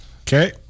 Okay